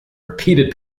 repeated